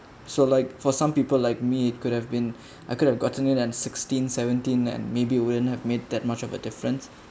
so like for some people like me could have been I could have gotten it and sixteen seventeen and maybe wouldn't have made that much of a difference